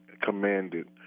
commanded